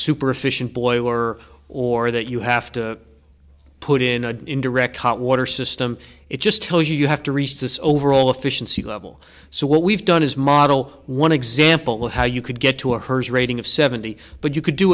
super efficient boy or or that you have to put in a direct hot water system it just tell you you have to reach this overall efficiency level so what we've done is model one example how you could get to a hearse rating of seventy but you could do